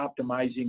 optimizing